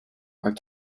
are